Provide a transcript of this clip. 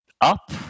up